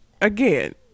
again